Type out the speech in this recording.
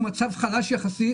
הוא מצב חלש יחסית,